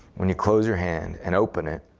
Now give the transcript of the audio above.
when you close your hand and open it,